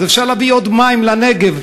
אז אפשר להביא עוד מים לנגב.